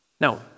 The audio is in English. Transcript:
Now